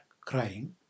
crying